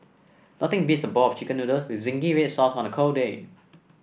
nothing beats a bowl of chicken noodles with zingy red sauce on a cold day